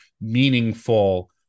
meaningful